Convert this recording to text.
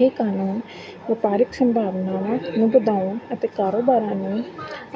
ਇਹ ਕਾਨੂੰਨ ਵਪਾਰਿਕ ਸੰਭਾਵਨਾਵਾਂ ਨੂੰ ਵਧਾਉਣ ਅਤੇ ਕਾਰੋਬਾਰਾਂ ਨੂੰ